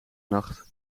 nacht